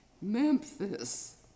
Memphis